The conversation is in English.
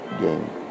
game